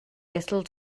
little